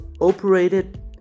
operated